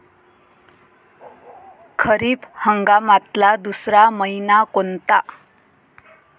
खरीप हंगामातला दुसरा मइना कोनता?